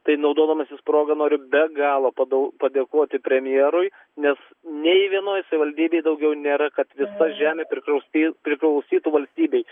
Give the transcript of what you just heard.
tai naudodamasis proga noriu be galo padaug padėkoti premjerui nes nei vienoj savivaldybėj daugiau nėra kad visa žemė priklaustyt priklausytų valstybei